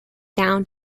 down